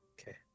Okay